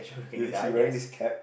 he he wearing this cap